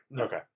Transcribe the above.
Okay